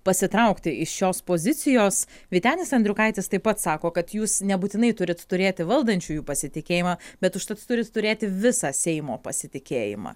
pasitraukti iš šios pozicijos vytenis andriukaitis taip pat sako kad jūs nebūtinai turite turėti valdančiųjų pasitikėjimą bet užtat turi turėti visą seimo pasitikėjimą